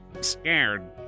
scared